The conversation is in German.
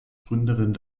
gründerin